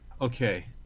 Okay